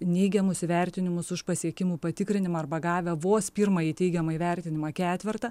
neigiamus įvertinimus už pasiekimų patikrinimą arba gavę vos pirmąjį teigiamą įvertinimą ketvertą